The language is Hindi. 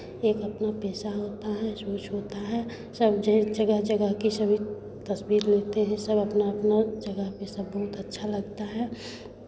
एक अपना पेशा होता है जोश होता है सब जगह जगह जगह की सभी तस्वीर लेते हैं सब अपना अपना जगह पे सब बहुत अच्छा लगता है